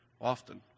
often